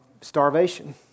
starvation